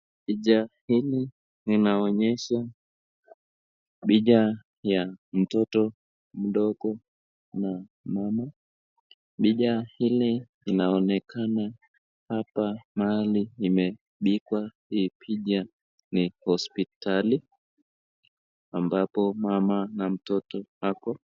Picha hili linaonyesha picha ya mtoto mdogo na mama, picha hili linaonekana hapa mahali imepigwa hii picha ni hospitali ambapo mama na mtoto wako.